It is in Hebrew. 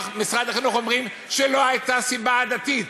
משרד החינוך אומרים שלא הייתה סיבה עדתית.